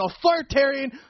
authoritarian